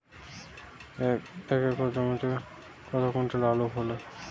এক একর জমিতে কত কুইন্টাল আলু ফলে?